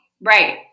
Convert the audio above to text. Right